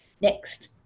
Next